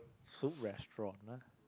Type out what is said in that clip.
Soup Restaurant ah